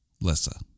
Lissa